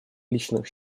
личных